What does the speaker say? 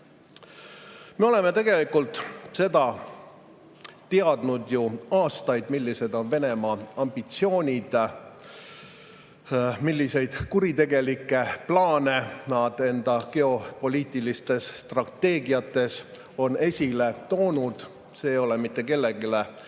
oleme tegelikult seda teadnud aastaid, millised on Venemaa ambitsioonid, milliseid kuritegelikke plaane nad enda geopoliitilistes strateegiates on esile toonud. See ei ole mitte kellelegi